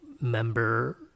member